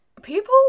people